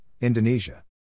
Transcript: Indonesia